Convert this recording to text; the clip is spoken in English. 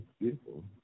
beautiful